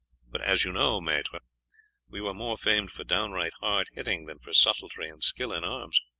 but as you know, maitre, we were more famed for downright hard hitting than for subtlety and skill in arms.